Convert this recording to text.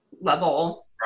level